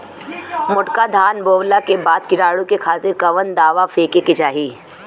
मोटका धान बोवला के बाद कीटाणु के खातिर कवन दावा फेके के चाही?